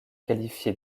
qualifié